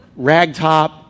Ragtop